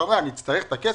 אתה אומר: אני אצטרך את הכסף.